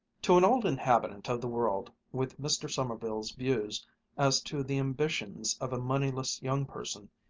to an old inhabitant of the world, with mr. sommerville's views as to the ambitions of a moneyless young person,